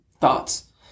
thoughts